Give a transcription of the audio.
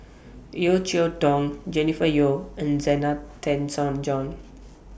Yeo Cheow Tong Jennifer Yeo and Zena Tessensohn John